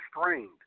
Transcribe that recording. strained